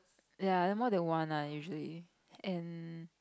ya more than one ah usually and